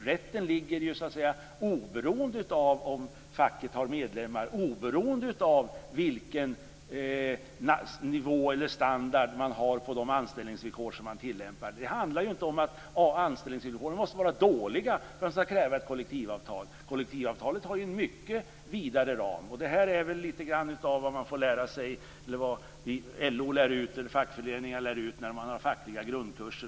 Rätten finns ju oberoende av om det finns fackföreningsmedlemmar och oberoende av vilken nivå anställningsvillkoren har. Anställningarna måste inte vara dåliga för att man skall kunna kräva ett kollektivavtal. Kollektivavtalet har ju en mycket vidare ram. Detta är lite av vad LO lär ut i sina fackliga grundkurser.